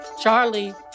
Charlie